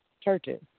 churches